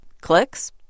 clicks